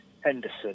Henderson